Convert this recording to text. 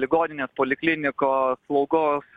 ligoninė poliklinika slaugos